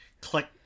click